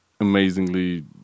amazingly